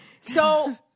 So-